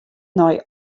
nei